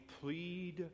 plead